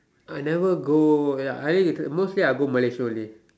I never go ya mostly I go Malaysia only